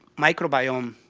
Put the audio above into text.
microbiome,